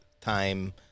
time